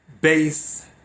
base